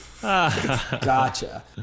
Gotcha